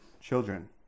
children